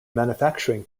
manufacturing